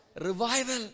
Revival